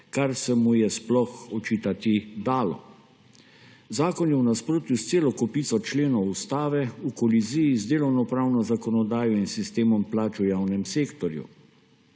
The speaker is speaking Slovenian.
kar se mu je sploh očitati dalo. Zakon je v nasprotju s celo kopico členov ustave, v koliziji z delovnopravno zakonodajo in sistemom plač v javnem sektorju.